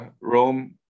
Rome